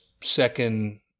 second